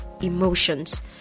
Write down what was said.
emotions